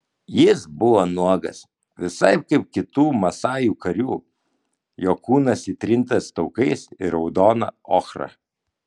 jis buvo nuogas visai kaip kitų masajų karių jo kūnas įtrintas taukais ir raudona ochra